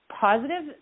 positive